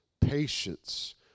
patience